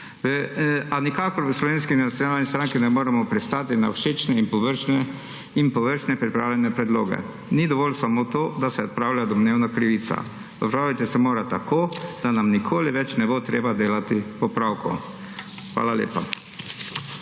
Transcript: a nikakor v Slovenski nacionalni stranki ne moremo pristati na všečne in površno pripravljene predloge. Ni dovolj samo to, da se odpravlja domnevna krivica, popraviti se mora tako, da nam nikoli več ne bo treba delati popravkov. Hvala lepa.